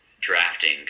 drafting